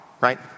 right